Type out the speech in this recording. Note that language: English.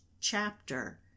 chapter